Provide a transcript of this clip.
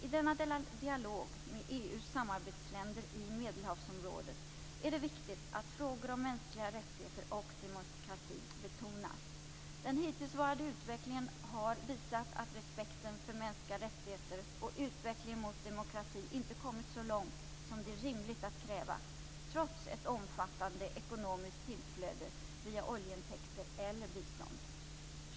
I denna dialog med EU:s samarbetsländer i Medelhavsområdet är det viktigt att frågor om mänskliga rättigheter och demokrati betonas. Den hittillsvarande utvecklingen har visat att respekten för mänskliga rättigheter och utvecklingen mot demokrati inte kommit så långt som det är rimligt att kräva, trots ett omfattande ekonomiskt tillflöde via oljeintäkter eller bistånd.